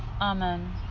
Amen